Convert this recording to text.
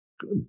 Good